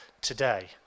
today